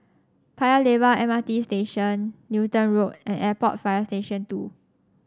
Paya Lebar M R T Station Newton Road and Airport Fire Station Two